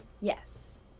Yes